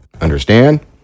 Understand